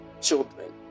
children